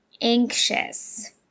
anxious